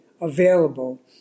available